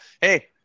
Hey